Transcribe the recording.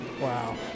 Wow